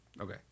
Okay